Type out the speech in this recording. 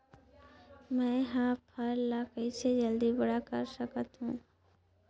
मैं ह फल ला कइसे जल्दी बड़ा कर सकत हव?